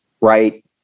right